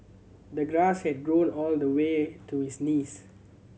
the grass had grown all the way to his knees